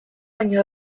baino